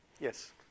Yes